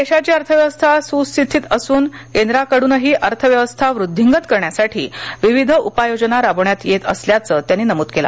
देशाची अर्थव्यवस्था सुस्थितीत असून केंद्राकडून अर्थव्यवस्था वृद्धींगत करण्यासाठी विविध उपाययोजना राबवण्यात येत असल्याचं त्यांनी नमूद केलं